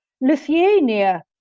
Lithuania